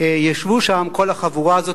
ישבו שם כל החבורה הזאת.